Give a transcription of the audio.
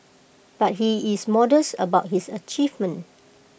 but he is modest about his achievement